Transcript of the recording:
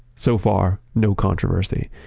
so far, no controversy.